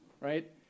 right